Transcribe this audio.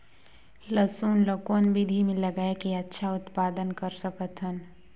लसुन ल कौन विधि मे लगाय के अच्छा उत्पादन कर सकत हन?